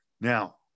Now